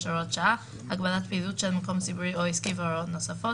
(הוראת שעה)(הגבלת פעילות של מקום ציבורי או עסקי והוראות נוספות),